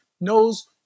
knows